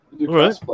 Right